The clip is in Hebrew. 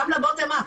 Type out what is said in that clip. גם לבוטום-אפ,